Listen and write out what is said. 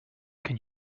can